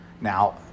Now